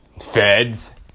feds